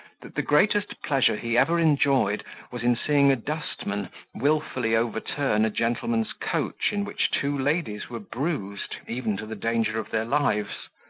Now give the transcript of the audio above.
that the greatest pleasure he ever enjoyed was in seeing a dustman wilfully overturn a gentleman's coach, in which two ladies were bruised, even to the danger of their lives.